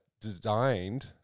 designed